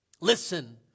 listen